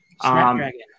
Snapdragon